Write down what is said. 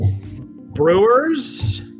Brewers